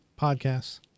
Podcasts